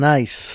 Nice